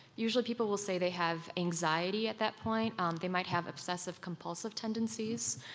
usually, people will say they have anxiety at that point um they might have obsessive compulsive tendencies,